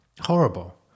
Horrible